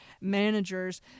managers